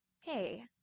Hey